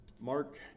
Mark